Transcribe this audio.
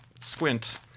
squint